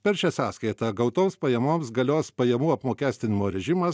per šią sąskaitą gautoms pajamoms galios pajamų apmokestinimo režimas